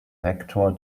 rektor